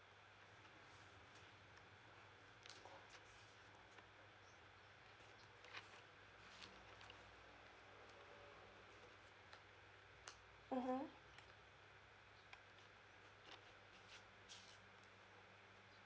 mmhmm